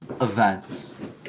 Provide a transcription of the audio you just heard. events